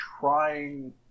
trying